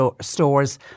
stores